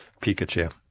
Pikachu